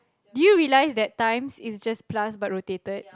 you realise that times is just plus but rotated